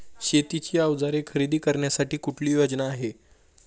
शेतीची अवजारे खरेदी करण्यासाठी कुठली योजना आहे?